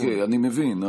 אוקיי, אני מבין.